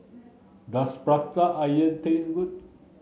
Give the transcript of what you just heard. does prata onion taste good